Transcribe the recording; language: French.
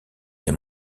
des